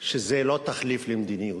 שזה לא תחליף למדיניות.